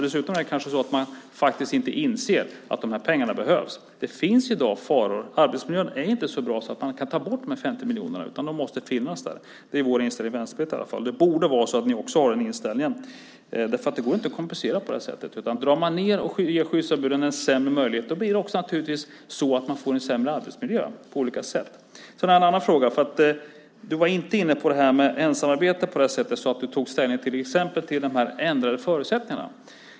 Dessutom kanske man inte inser att pengarna behövs. Det finns i dag faror. Arbetsmiljön är inte så bra att man kan ta bort de här 50 miljonerna. De måste finnas. Det är vår inställning i Vänsterpartiet. Ni borde också ha den inställningen eftersom det inte går att kompensera på det här sättet. Om man drar ned och ger skyddsombuden sämre möjligheter får man naturligtvis också en sämre arbetsmiljö. Jag har en annan fråga. Du var inte inne på frågan om ensamarbete och tog inte ställning till de ändrade förutsättningarna.